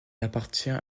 appartient